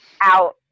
out –